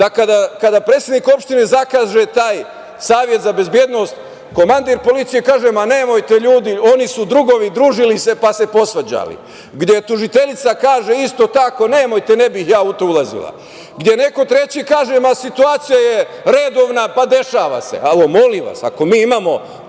da kada predsednik opštine zakaže taj Savet za bezbednost, komandir policije kaže - ma nemojte, ljudi, oni su drugovi, družili se pa se posvađali, gde tužiteljica kaže isto tako - nemojte, ne bih ja u to ulazila, gde neko treći kaže - ma situacija je redovna, pa dešava se. Halo, molim vas, ako mi imamo